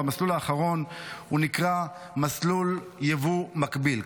והמסלול האחרון נקרא מסלול יבוא מקביל.